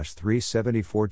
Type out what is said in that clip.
374